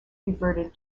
reverted